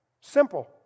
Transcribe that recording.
Simple